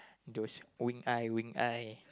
those wink eye wink eye